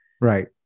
Right